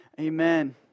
Amen